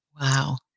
Wow